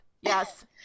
Yes